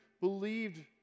believed